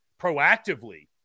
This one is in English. proactively